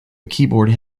keyboard